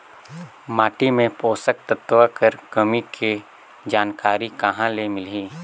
माटी मे पोषक तत्व कर कमी के जानकारी कहां ले मिलही?